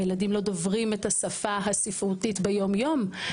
הילדים לא דוברים את השפה הספרותית ביום יום.